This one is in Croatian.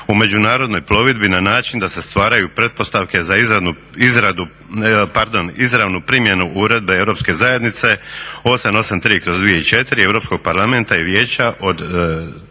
u međunarodnoj plovidbi na način da se stvaraju pretpostavke za izravnu primjenu Uredbe Europske zajednice 883/2004 Europskog parlamenta i Vijeća od